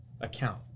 account